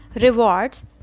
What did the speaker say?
rewards